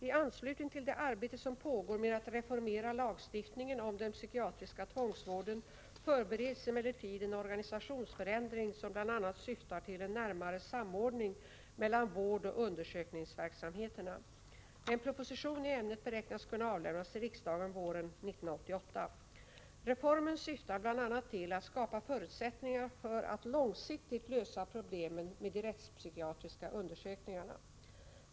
I anslutning till det arbete som pågår med att reformera lagstiftningen om den psykiatriska tvångsvården förbereds emellertid en organisationsförändring som bl.a. syftar till en närmare samordning mellan vårdoch undersökningsverksamheterna. En proposition i ämnet beräknas kunna avlämnas till riksdagen våren 1988. Reformen syftar bl.a. till att skapa förutsättningar för att man långsiktigt skall kunna lösa problemen med de rättspsykiatriska undersökningarna.